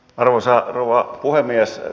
arvoisa rouva puhemies